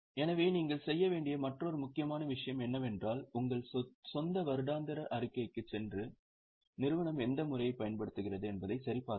எனவே நீங்கள் செய்ய வேண்டிய மற்றொரு முக்கியமான விஷயம் என்னவென்றால் உங்கள் சொந்த வருடாந்திர அறிக்கைக்குச் சென்று நிறுவனம் எந்த முறையைப் பயன்படுத்துகிறது என்பதைச் சரிபார்க்கவும்